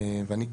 אני,